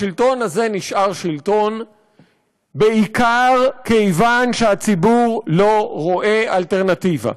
השלטון הזה נשאר שלטון בעיקר מכיוון שהציבור לא רואה אלטרנטיבה.